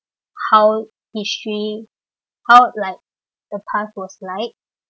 how history how like the path was like